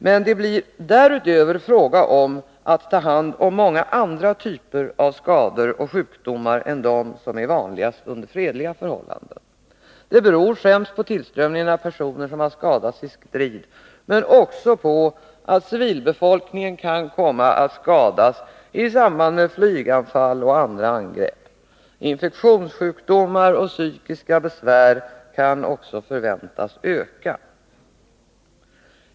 Dessutom blir det fråga om att ta hand om människor med många andra typer av skador och sjukdomar än de som är vanligast förekommande under fredliga förhållanden. Det beror främst på tillströmningen av personer som har skadats i strid men också på att civilbefolkningen kan komma att skadas i samband med flyganfall och andra angrepp. Även infektionssjukdomar och psykiska besvär kan bli vanligare.